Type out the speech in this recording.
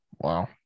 wow